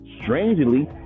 Strangely